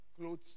clothes